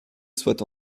soit